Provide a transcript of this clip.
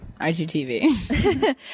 IGTV